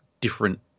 different